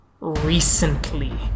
Recently